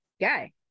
guy